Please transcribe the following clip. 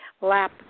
lap